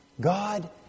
God